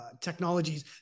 technologies